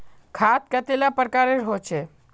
खाद कतेला प्रकारेर होचे?